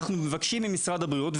אנחנו מבקשים ממשרד הבריאות.